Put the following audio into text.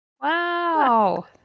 Wow